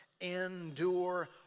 endure